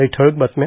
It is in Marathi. काही ठळक बातम्या